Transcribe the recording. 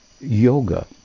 yoga